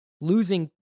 losing